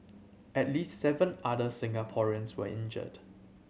at least seven other Singaporeans were injured